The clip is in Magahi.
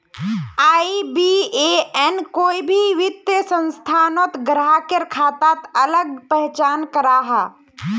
आई.बी.ए.एन कोई भी वित्तिय संस्थानोत ग्राह्केर खाताक अलग पहचान कराहा